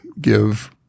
give